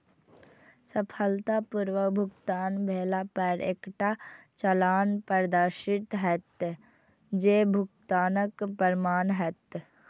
सफलतापूर्वक भुगतान भेला पर एकटा चालान प्रदर्शित हैत, जे भुगतानक प्रमाण हैत